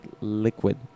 liquid